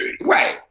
right